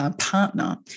partner